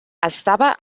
estava